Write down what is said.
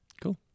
Cool